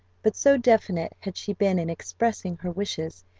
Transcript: but so definite had she been in expressing her wishes,